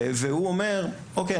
והוא אומר: אוקיי,